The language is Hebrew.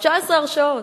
19 הרשעות,